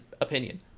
opinion